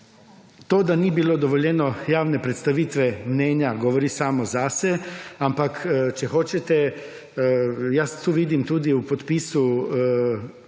To, da ni bilo dovoljeno javne predstavitve mnenja govori samo zase, ampak, če hočete jaz tu vidim tudi v podpisu,